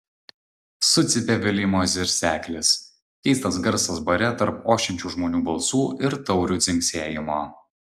sucypė viljamo zirzeklis keistas garsas bare tarp ošiančių žmonių balsų ir taurių dzingsėjimo